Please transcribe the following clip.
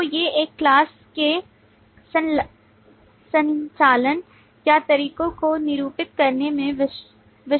तो ये एक class के संचालन या तरीकों को निरूपित करने के विशिष्ट तरीके हैं